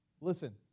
Listen